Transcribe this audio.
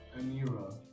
Amira